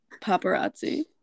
paparazzi